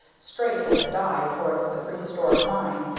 straight as a die towards the prehistoric mine,